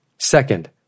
Second